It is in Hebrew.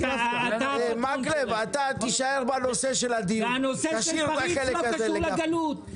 מכיוון שבנק הדואר נמצא במצב שבו הבעלות היא